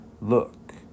Look